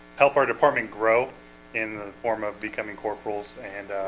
help our department grow in the form of becoming corporals and